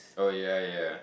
oh ya ya